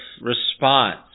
response